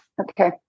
Okay